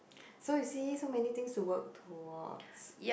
so you see so many things to work towards